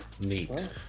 Neat